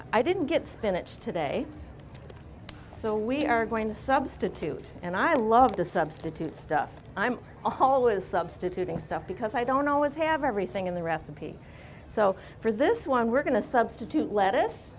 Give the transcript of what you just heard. i didn't get spinach today so we are going to substitute and i love to substitute stuff i'm a whole is substituting stuff because i don't always have everything in the recipe so for this one we're going to substitute lettuce